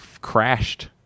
crashed